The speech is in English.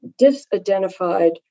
disidentified